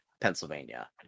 pennsylvania